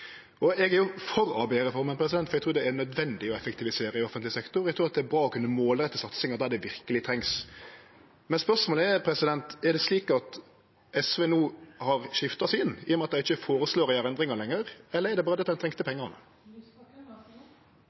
Eg er for ABE-reforma, for eg trur det er nødvendig å effektivisere i offentleg sektor. Eg trur det er bra å kunne målrette satsingar der det verkeleg trengst. Spørsmålet er: Er det slik at SV no har skifta syn, i og med at dei ikkje føreslår å gjere endringar lenger, eller er det berre det at ein trengte pengane?